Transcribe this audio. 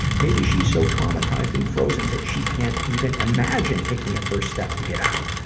maybe she's so traumatized and frozen that she can't even imagine taking a first step to get out.